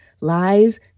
lies